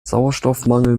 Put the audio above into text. sauerstoffmangel